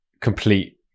complete